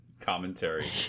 commentary